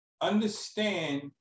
understand